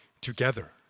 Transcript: together